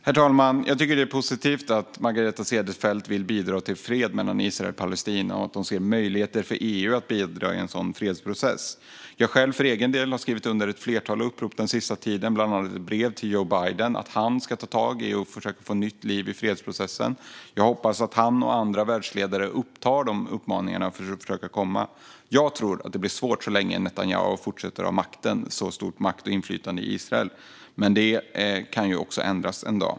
Herr talman! Jag tycker att det är positivt att Margareta Cederfelt vill bidra till fred mellan Israel och Palestina och att hon ser möjligheter för EU att bidra i en sådan fredsprocess. För egen del har jag skrivit under ett flertal upprop den senaste tiden, bland annat ett brev till Joe Biden om att han ska ta tag i och försöka få nytt liv i fredsprocessen. Jag hoppas han och andra världsledare tar till sig dessa uppmaningar för att försöka komma framåt. Jag tror att det blir svårt så länge Netanyahu fortsätter att ha så stor makt och inflytande i Israel, men detta kan ändras en dag.